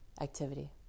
activity